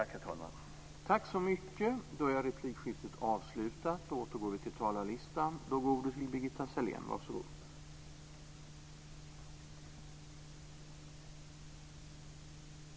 Tack, herr talman!